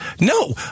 no